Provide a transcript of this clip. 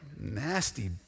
Nasty